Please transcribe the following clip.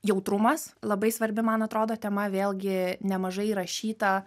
jautrumas labai svarbi man atrodo tema vėlgi nemažai rašyta